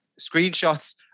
screenshots